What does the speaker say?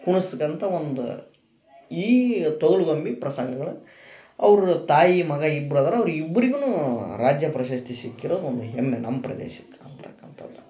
ಕುಣಸ್ಕಂತ ಒಂದು ಈ ತೊಗಲು ಗೊಂಬೆ ಪ್ರಸಂಗಗಳು ಅವ್ರ ತಾಯಿ ಮಗ ಇಬ್ರು ಅದರ ಅವರಿಬ್ರಿಗುನೂ ರಾಜ್ಯ ಪ್ರಶಸ್ತಿ ಸಿಕ್ಕಿರೋದು ಒಂದು ಹೆಮ್ಮೆ ನಮ್ಮ ಪ್ರದೇಶಕ್ಕೆ ಅಂತಕಂಥದ್ದು